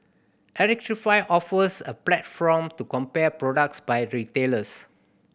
electrify offers a platform to compare products by retailers